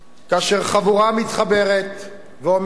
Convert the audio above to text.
כאשר חבורה מתחברת ואומרת: